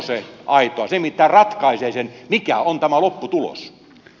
se nimittäin ratkaisee sen mikä on tämä lopputulos